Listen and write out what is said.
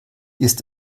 ist